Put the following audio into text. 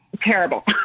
terrible